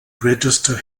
register